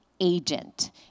agent